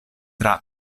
tra